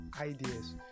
ideas